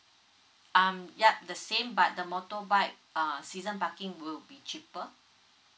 um yup the same but the motorbike uh season parking will be cheaper